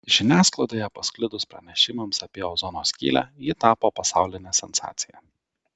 žiniasklaidoje pasklidus pranešimams apie ozono skylę ji tapo pasauline sensacija